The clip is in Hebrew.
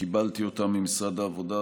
שקיבלתי אותה ממשרד העבודה,